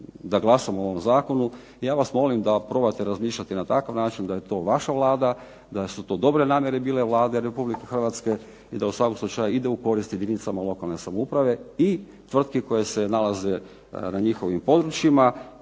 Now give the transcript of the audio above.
da glasamo o ovom zakonu. Ja vas molim da probate razmišljati na takav način da je to vaša Vlada, da su to dobre namjere bile Vlade RH i da u svakom slučaju ide u korist jedinicama lokalne samouprave i tvrtki koje se nalaze na njihovim područjima